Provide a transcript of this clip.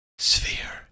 Sphere